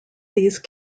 these